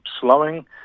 slowing